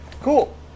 Cool